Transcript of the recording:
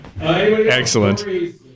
Excellent